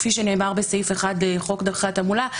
כפי שנאמר בסעיף 1 לחוק דרכי התעמולה,